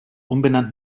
umbenannt